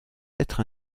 être